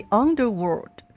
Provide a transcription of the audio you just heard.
underworld